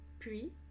puis